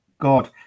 God